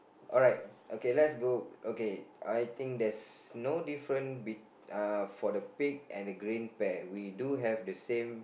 alright okay let's go okay I think there's no different be in the pig and the green pair we do have the same